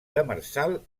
demersal